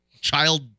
child